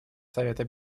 совета